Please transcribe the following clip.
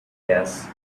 gas